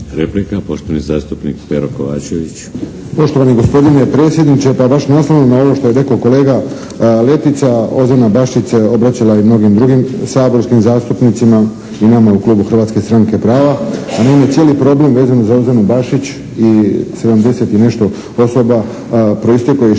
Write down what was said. Replika, poštovani zastupnik Pero Kovačević.